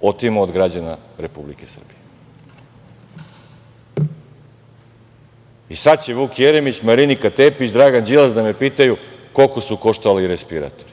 otimao od građana Republike Srbije. Sad će Vuk Jeremić, Marinika Tepić, Dragan Đilas da me pitaju koliko su koštali ovi respiratori,